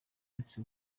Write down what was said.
uretse